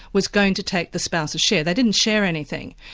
was going to take the spouse's share. they didn't share anything.